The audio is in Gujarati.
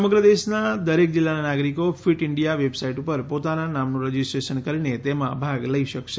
સમગ્ર દેશના દરેક જિલ્લાના નાગરિકો ફીટ ઇન્ડિયા વેબસાઇટ ઉપર પોતાના નામનું રજીસ્ટ્રેશન કરીને તેમાં ભાગ લઈ શકશે